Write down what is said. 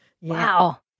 Wow